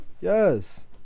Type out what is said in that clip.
Yes